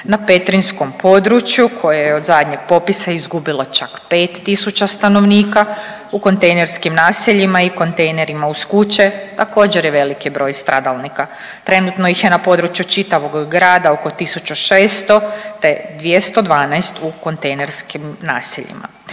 Na petrinjskom području koje je od zadnjeg popisa izgubilo čak 5 tisuća stanovnika, u kontejnerskim naseljima i kontejnerima uz kuće također je veliki broj stradalnika. Trenutno ih je na području čitavog grada oko 1600, te 212 u kontejnerskim naseljima.